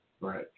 Right